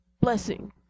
blessing